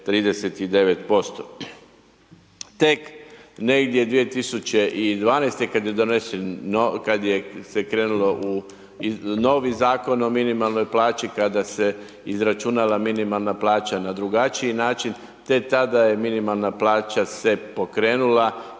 39%. Tek negdje 2012.-te kada se krenulo u novi Zakon o minimalnoj plaći, kada se izračunala minimalna plaća na drugačiji način te tada je minimalna plaća se pokrenula